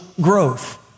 growth